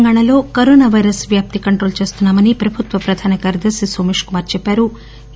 తెలంగాణలో corona virus వ్యాప్తిని control చేస్తున్నామని ప్రభుత్వ ప్రధాన కార్యదర్ని నోమేశ్ కుమార్ స్పష్టం చేశారు